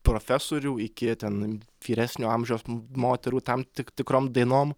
profesorių iki ten vyresnio amžiaus moterų tam tik tikrom dainom